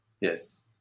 yes